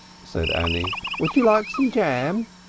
said annie. would you like some jam?